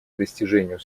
достижению